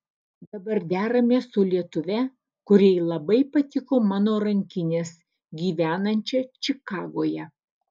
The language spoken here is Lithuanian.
dabar deramės su lietuve kuriai labai patiko mano rankinės gyvenančia čikagoje